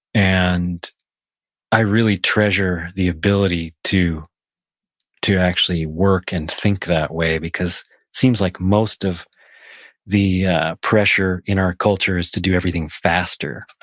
and i really treasure the ability to to actually work and think that way because it seems like most of the pressure in our culture is to do everything faster,